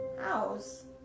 house